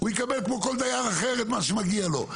הוא יקבל כמו כל דייר אחר את מה שמגיע לו.